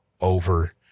over